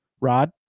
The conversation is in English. Rod